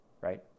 right